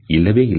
இல்லவே இல்லை